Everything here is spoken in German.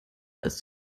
als